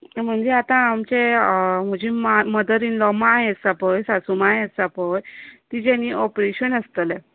म्हणजे आता आमचे म्हजी मा म्हजी मदर इन लो आसा पळय म्हजी माय आसा पळय सासूमाय आसा पळय तिजे न्ही ऑप्रेशन आसतले